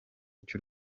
cy’u